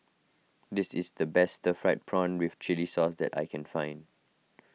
this is the best Stir Fried Prawn with Chili Sauce that I can find